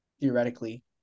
theoretically